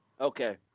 Okay